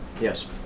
Yes